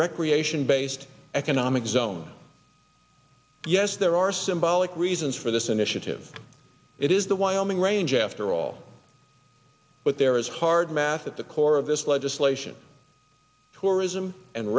recreation based economic zone yes there are symbolic reasons for this initiative it is the wyoming range after all but there is hard math at the core of this legislation tourism and